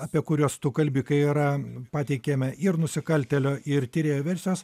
apie kuriuos tu kalbi kai yra pateikiame ir nusikaltėlio ir tyrėjo versijos